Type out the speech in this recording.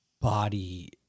body